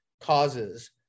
causes